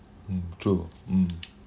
mm true mm